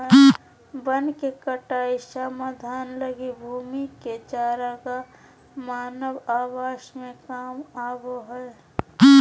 वन के कटाई समाधान लगी भूमि के चरागाह मानव आवास में काम आबो हइ